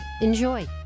Enjoy